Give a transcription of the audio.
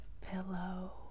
pillow